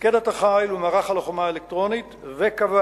מפקדת החיל ומערך הלוחמה האלקטרונית, וקבע